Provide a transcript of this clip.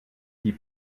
die